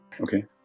Okay